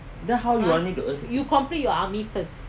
then how you want me to earn